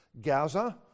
Gaza